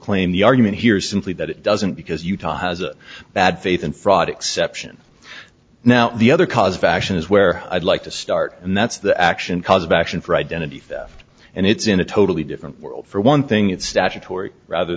claim the argument here is simply that it doesn't because utah has a bad faith and fraud exception now the other cause of action is where i'd like to start and that's the action cause of action for identity theft and it's in a totally different world for one thing it's statutory rather